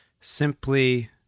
simply